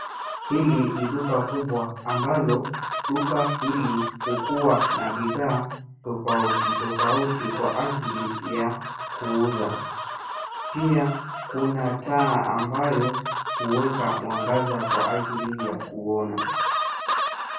Hili ni duka kubwa ambalo duka hili hukua na bidhaa tofauti tofauti, kwa ajili ya kuuza. Pia kuna taa ambayo huweka mwangaza kwa ajili ya kuona.